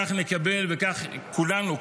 כך נקבל כולנו,